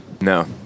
No